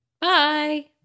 bye